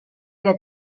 que